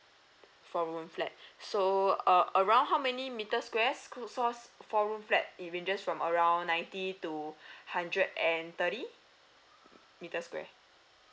four room flat so uh around how many meter square so cause four room flat it ranges from around ninety to hundred and thirty meter square